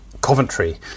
Coventry